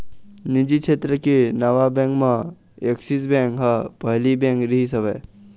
निजी छेत्र के नावा बेंक म ऐक्सिस बेंक ह पहिली बेंक रिहिस हवय